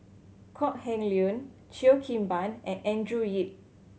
Kok Heng Leun Cheo Kim Ban and Andrew Yip